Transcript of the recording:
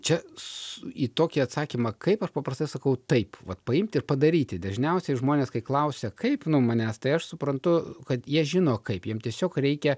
čia su į tokį atsakymą kaip aš paprastai sakau taip vat paimti ir padaryti dažniausiai žmonės kai klausia kaip nu manęs tai aš suprantu kad jie žino kaip jiem tiesiog reikia